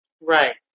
Right